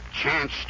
chance